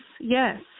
Yes